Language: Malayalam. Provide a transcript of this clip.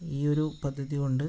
ഈ ഒരു പദ്ധതികൊണ്ട്